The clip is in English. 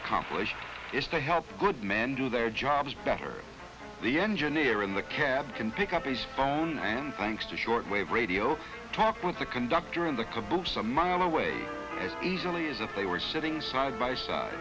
accomplish is to help good men do their jobs better the engineer in the cab can pick up his phone and thanks to shortwave radio talk with the conductor in the caboose a mile away easily as if they were sitting side by side